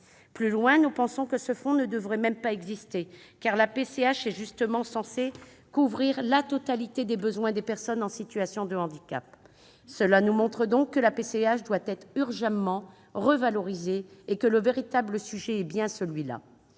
Mieux, nous pensons que ce fonds ne devrait même pas exister, car la PCH est justement censée couvrir la totalité des besoins des personnes en situation de handicap. Cela nous montre que cette prestation doit être urgemment revalorisée, et que le véritable sujet est bien là.